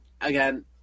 again